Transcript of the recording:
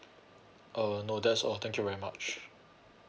uh no that's all thank you very much